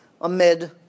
amid